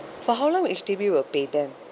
for how long H_D_B will pay them